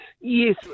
Yes